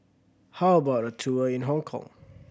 how about a tour in Hong Kong